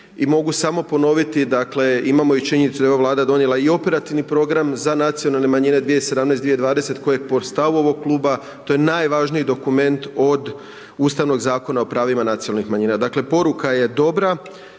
I mogu samo ponoviti dakle imamo i činjenicu da je ova Vlada donijela i operativni program za nacionalne manjine 2017./2020. koje po stavu ovog kluba to je najvažniji element od Ustavnog zakona o pravima nacionalnih manjina. Dakle poruka je dobra